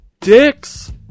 dicks